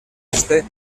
este